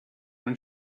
when